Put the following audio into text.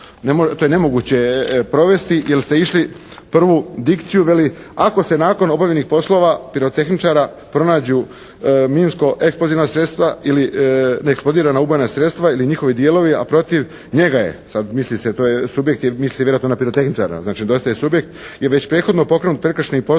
to je nemoguće provesti jer ste išli prvu dikciju, veli ako se nakon obavljenih poslova pirotehničara pronađu minsko-eksplozivna sredstva ili neeksplodirana ubojna sredstva ili njihovi dijelovi, a protiv njega je, sad misli se, to subjekt vjerojatno misli na pirotehničara, znači …/Govornik se ne razumije./… je već prethodno pokrenut prekršajni postupak